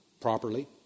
properly